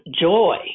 joy